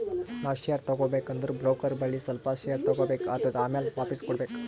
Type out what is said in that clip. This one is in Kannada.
ನಾವ್ ಶೇರ್ ತಗೋಬೇಕ ಅಂದುರ್ ಬ್ರೋಕರ್ ಬಲ್ಲಿ ಸ್ವಲ್ಪ ಶೇರ್ ತಗೋಬೇಕ್ ಆತ್ತುದ್ ಆಮ್ಯಾಲ ವಾಪಿಸ್ ಮಾಡ್ಬೇಕ್